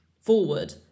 forward